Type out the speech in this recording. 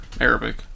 Arabic